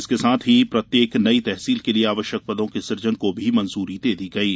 इसके साथ ही प्रत्येक नई तहसील के लिये आवश्यक पदों के सुजन को भी मंजूरी दी गयी है